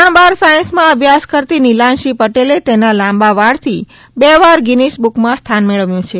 Guinness book ધોરણ બાર સાયન્સમાં અભ્યાસ કરતી નિલાંશી પટેલે તેના લાંબા વાળથી બે વાર ગિનિસ બુકમાં સ્થાન મેળવ્યુ છે